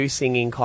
singing